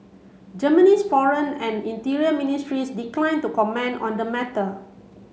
Germany's foreign and interior ministries declined to comment on the matter